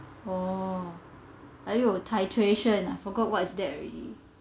oh !aiyo! titration ah forgot what's that already